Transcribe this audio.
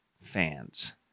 fans